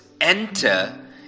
enter